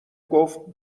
گفت